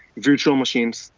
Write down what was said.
virtual machines,